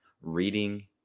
reading